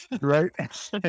right